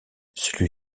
celui